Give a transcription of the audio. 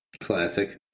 classic